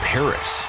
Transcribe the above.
Paris